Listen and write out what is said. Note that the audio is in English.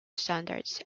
standards